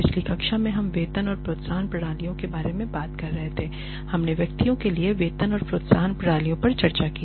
पिछली कक्षा में हम वेतन और प्रोत्साहन प्रणालियों के बारे में बात कर रहे थे और हमने व्यक्तियों के लिए वेतन और प्रोत्साहन प्रणालियों पर चर्चा की